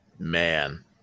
Man